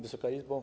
Wysoka Izbo!